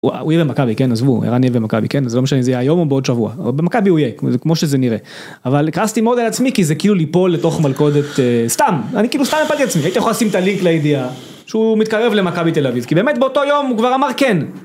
הוא יהיה במכבי כן עזבו ערן יהיה במכבי כן זה לא משנה אם זה יהיה היום או בעוד שבוע אבל במכבי הוא יהיה כמו שזה נראה אבל כעסתי מאוד על עצמי כי זה כאילו ליפול לתוך מלכודת סתם אני כאילו סתם נפלתי עצמי הייתם יכולים לשים את הלינק לידיעה שהוא מתקרב למכבי תל אביב כי באמת באותו יום הוא כבר אמר כן